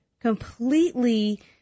completely